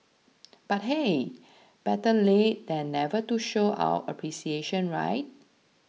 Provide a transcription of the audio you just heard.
but hey better late than never to show our appreciation right